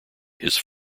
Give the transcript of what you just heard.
his